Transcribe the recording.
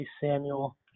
Samuel